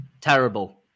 terrible